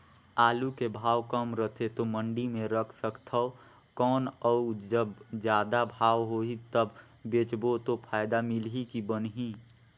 आलू के भाव कम रथे तो मंडी मे रख सकथव कौन अउ जब जादा भाव होही तब बेचबो तो फायदा मिलही की बनही?